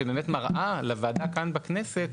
שבאמת מראה לוועדה כאן בכנסת,